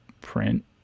print